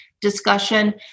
discussion